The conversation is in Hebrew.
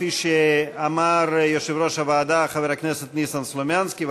כפי שאמר יושב-ראש הוועדה חבר הכנסת ניסן סלומינסקי,